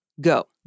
Go